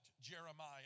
Jeremiah